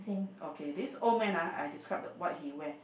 okay this old man ah I describe the what he wear